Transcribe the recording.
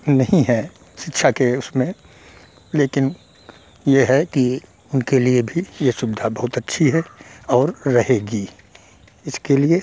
नहीं हैं शिक्षा के उसमें लेकिन यह है कि उनके लिए भी यह सुविधा बहुत अच्छी है और रहेगी इसके लिए